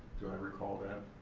do i recall that?